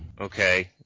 Okay